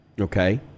okay